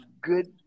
Good